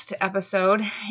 episode